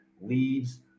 leaves